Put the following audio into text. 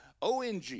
ONG